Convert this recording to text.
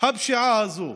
הפשיעה הזאת.